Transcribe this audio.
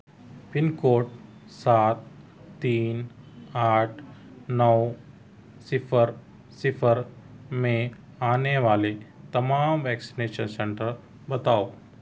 پن code سات تین آٹھ نو صفر صفر میں آنے والے تمام ویکسینیشن سینٹر بتاؤ